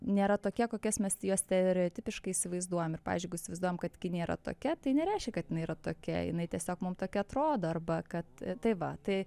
nėra tokie kokiuos mes juos stereotipiškai įsivaizduojam ir pavyzdžiui jeigu įsivaizduojam kad kinija yra tokia tai nereiškia kad jinai yra tokia jinai tiesiog mum tokia atrodo arba kad tai va tai